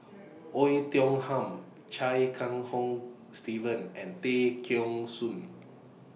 Oei Tiong Ham Chia Kiah Hong Steve and Tay Kheng Soon